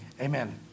Amen